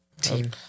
Team